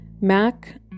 Mac